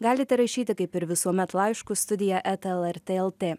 galite rašyti kaip ir visuomet laiškus studija eta lrt lt